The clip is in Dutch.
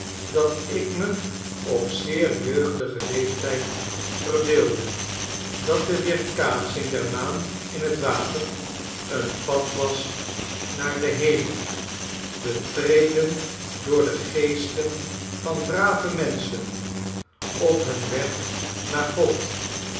dat ik me op zeer jeugdigen leeftijd verbeeldde dat de weerkaatsing der maan in j t water een pad was naar den hemel betreden door de geesten van brave menschen op hun weg naar god